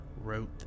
wrote